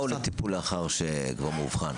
--- זה מניעה או לטיפול לאחר שמאובחן?